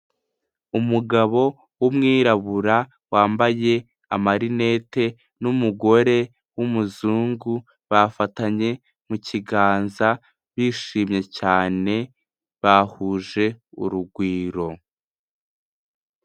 Umugabo w'umwirabura wambaye amarinete n'umugore w'umuzungu bafatanye mu kiganza bishimye cyane bahuje urugwiro.